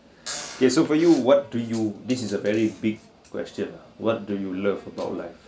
okay so for you what do you this is a very big question ah what do you love about life